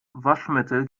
waschmittel